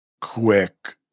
quick